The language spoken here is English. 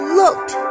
looked